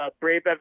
Brave